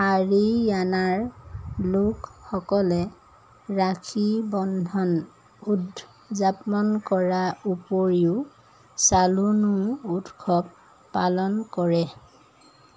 হাৰিয়ানাৰ লোকসকলে ৰাখী বন্ধন উদযাপন কৰাৰ উপৰিও চালুনো উৎসৱ পালন কৰে